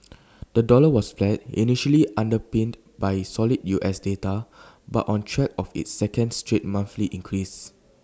the dollar was flat initially underpinned by solid U S data but on track of its second straight monthly increase